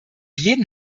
jeden